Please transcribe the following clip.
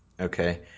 Okay